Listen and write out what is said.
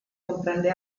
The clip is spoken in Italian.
comprende